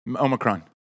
Omicron